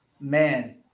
man